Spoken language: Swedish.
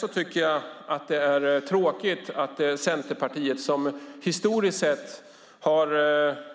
Jag tycker att det är tråkigt att Centerpartiet, som historiskt sett har